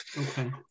okay